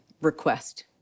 request